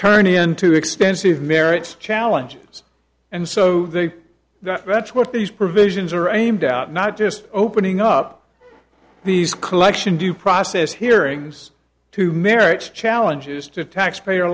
turn into expensive merits challenges and so they that that's what these provisions are aimed out not just opening up these collection due process hearings to merits challenges to taxpayer